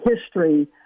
history